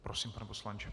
Prosím, pane poslanče.